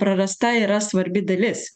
prarasta yra svarbi dalis